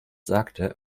sagte